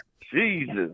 Jesus